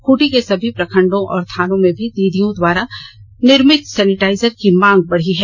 खूंटी के सभी प्रखंडों और थानों में भी दीदियों द्वारा निर्मित सैनिटाइजर की मांग बढ़ी है